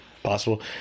possible